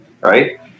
right